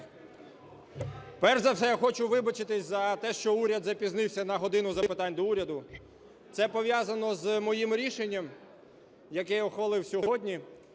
Перш за все, я хочу вибачитись за те, що уряд запізнився на "годину запитань до Уряду". Це пов’язано з моїм рішенням, яке я ухвалив сьогодні.